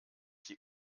sie